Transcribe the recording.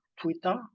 Twitter